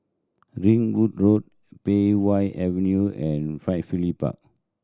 Ringwood Road Pei Wah Avenue and Firefly Park